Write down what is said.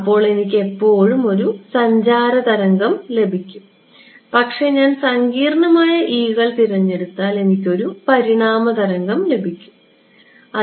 അപ്പോൾ എനിക്ക് എപ്പോഴും ഒരു സഞ്ചാര തരംഗം ലഭിക്കും പക്ഷേ ഞാൻ സങ്കീർണ്ണമായ e കൾ തിരഞ്ഞെടുത്താൽ എനിക്ക് ഒരു പരിണാമ തരംഗം ലഭിക്കാൻ സാധിക്കും